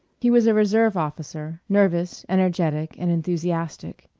he was a reserve officer, nervous, energetic, and enthusiastic.